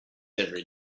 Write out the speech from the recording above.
every